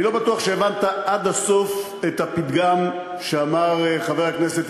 אני אומר לך שאני לא בטוח שהבנת עד הסוף את הפתגם שאמר חבר הכנסת,